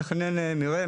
מתכנן מרעה,